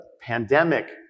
pandemic